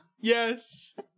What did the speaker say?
Yes